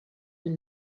une